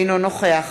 אינו נוכח